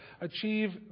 achieve